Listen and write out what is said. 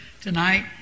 tonight